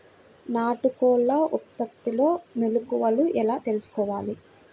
నాటుకోళ్ల ఉత్పత్తిలో మెలుకువలు ఎలా తెలుసుకోవాలి?